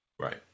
Right